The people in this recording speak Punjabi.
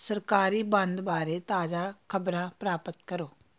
ਸਰਕਾਰੀ ਬੰਦ ਬਾਰੇ ਤਾਜ਼ਾ ਖ਼ਬਰਾਂ ਪ੍ਰਾਪਤ ਕਰੋ